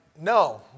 no